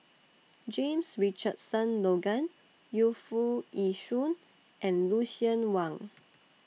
James Richardson Logan Yu Foo Yee Shoon and Lucien Wang